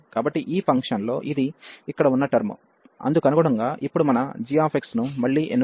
కాబట్టి ఈ ఫంక్షన్లో ఇది ఇక్కడ ఉన్న టర్మ్ అందుకనుగుణంగా ఇప్పుడు మన g ను మళ్ళీ ఎన్నుకుంటాము